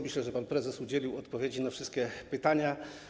Myślę, że pan prezes udzielił odpowiedzi na wszystkie pytania.